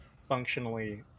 functionally